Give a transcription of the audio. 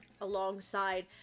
alongside